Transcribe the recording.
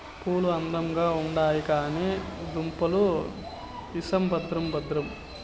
పూలు అందంగా ఉండాయి కానీ దుంపలు ఇసం భద్రం భద్రం